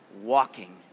walking